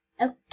Okay